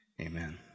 Amen